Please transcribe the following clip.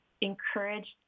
encourage